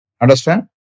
Understand